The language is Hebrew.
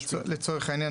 לצורך העניין,